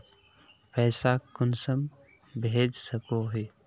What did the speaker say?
पैसा कुंसम भेज सकोही?